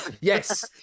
Yes